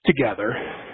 Together